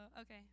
Okay